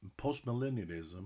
postmillennialism